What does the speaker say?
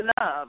love